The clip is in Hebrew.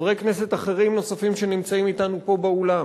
חברי כנסת אחרים נוספים שנמצאים אתנו פה באולם,